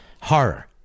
horror